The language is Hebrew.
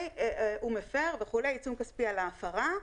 הוא מפר, עיצום כספי על ההפרה.